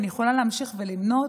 אני יכולה להמשיך ולמנות.